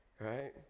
Right